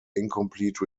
incomplete